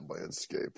landscape